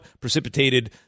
precipitated